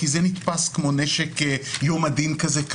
כי זה נתפס כמו נשק יום הדין כזה.